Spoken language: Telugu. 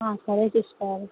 సరే సిస్టర్